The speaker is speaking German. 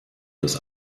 das